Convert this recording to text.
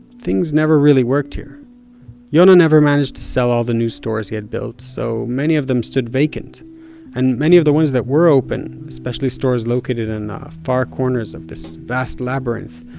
things never really worked yona never manage to sell all the new stores he had built, so many of them stood vacant and many of the ones that were open, especially stores located enough far corners of this vast labyrinth,